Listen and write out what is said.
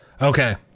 Okay